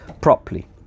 properly